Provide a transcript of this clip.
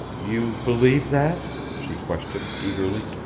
you believe that? she questioned eagerly.